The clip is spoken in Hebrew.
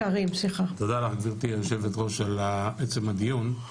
תודה לך, גברתי יושבת הראש על עצם הדיון,